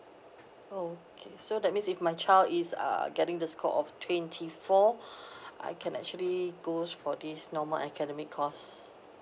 oh okay so that means if my child is uh getting the score of twenty four I can actually goes for this normal academic course